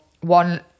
one